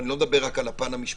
ואני לא מדבר רק על הפן המשפטי.